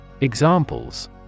examples